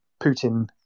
Putin